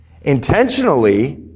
Intentionally